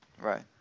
Right